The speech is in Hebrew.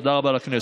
תודה רבה לכנסת.